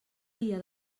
via